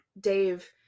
Dave